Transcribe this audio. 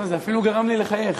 זה אפילו גרם לי לחייך.